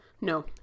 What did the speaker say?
No